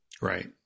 Right